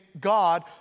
God